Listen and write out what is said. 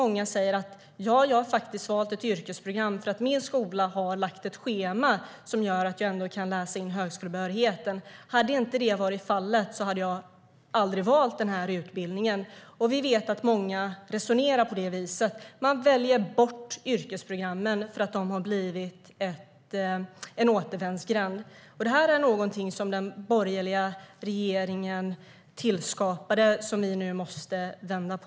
Många säger: Jag har faktiskt valt ett yrkesprogram för att min skola har lagt ett schema som gör att jag ändå kan läsa in högskolebehörigheten. Hade inte det varit fallet hade jag aldrig valt den här utbildningen. Vi vet att många resonerar på det viset. De väljer bort yrkesprogrammen för att de har blivit en återvändsgränd. Det är någonting som den borgerliga regeringen tillskapade och som vi nu måste vända på.